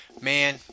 Man